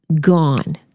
Gone